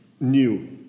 new